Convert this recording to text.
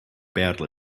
badly